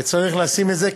וצריך לשים את זה,